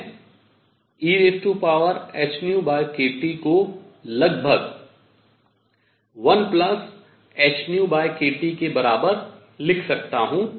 मैं ehνkT को लगभग 1hνkT के बराबर लिख सकता हूँ